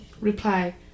reply